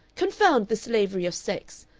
confound this slavery of sex!